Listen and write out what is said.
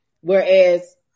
Whereas